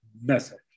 message